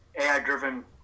AI-driven